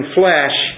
flesh